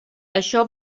això